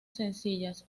sencillas